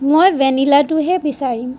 মই ভেনিলাটোহে বিচাৰিম